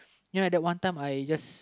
you know at that one time I just